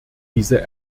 diese